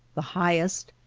the highest,